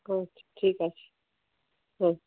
আচ্ছা ঠিক আছে হুম